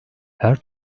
her